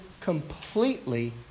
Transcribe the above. completely